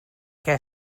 què